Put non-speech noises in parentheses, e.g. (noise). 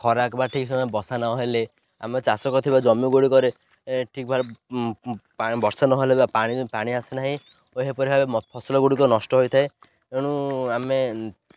(unintelligible) ବା ଠିକ୍ ସମୟେ ବର୍ଷା ନ ହେଲେ ଆମେ ଚାଷ କରିଥିବା ଜମି ଗୁଡ଼ିକରେ ଠିକ୍ ଭାବରେ ବର୍ଷା ନହେଲେ ବା ପାଣି ପାଣି ଆସେ ନାହିଁ ଏହିପରି ଭାବେ ଫସଲ ଗୁଡ଼ିକ ନଷ୍ଟ ହୋଇଥାଏ ଏଣୁ ଆମେ